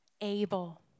able